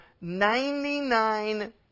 ninety-nine